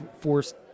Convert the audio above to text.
forced—